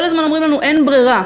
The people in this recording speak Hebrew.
כל הזמן אומרים לנו: אין ברירה,